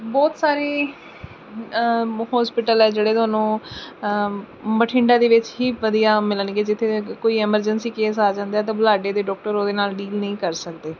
ਬਹੁਤ ਸਾਰੇ ਹੋਸਪੀਟਲ ਹੈ ਜਿਹੜੇ ਤੁਹਾਨੂੰ ਬਠਿੰਡਾ ਦੇ ਵਿੱਚ ਹੀ ਵਧੀਆ ਮਿਲਣਗੇ ਜਿੱਥੇ ਅ ਕੋਈ ਐਮਰਜੈਂਸੀ ਕੇਸ ਆ ਜਾਂਦਾ ਹੈ ਤਾਂ ਬੁਲਾਡੇ ਦੇ ਡਾਕਟਰ ਉਹਦੇ ਨਾਲ ਡੀਲ ਨਹੀਂ ਕਰ ਸਕਦੇ